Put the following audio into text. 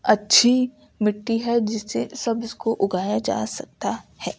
اچھی مٹی ہے جس سے سبز کو اگایا جا سکتا ہے